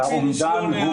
האומדן הוא